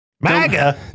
MAGA